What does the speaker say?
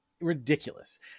ridiculous